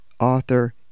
author